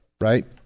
right